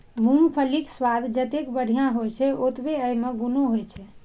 मूंगफलीक स्वाद जतेक बढ़िया होइ छै, ओतबे अय मे गुणो होइ छै